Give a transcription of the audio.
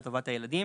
לטובת הילדים,